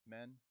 Men